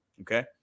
Okay